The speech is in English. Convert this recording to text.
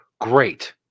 great